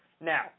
Now